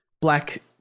black